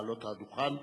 לעלות על הדוכן,